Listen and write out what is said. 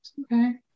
Okay